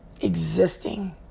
existing